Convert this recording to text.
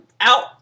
out